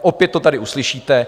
Opět to tady uslyšíte.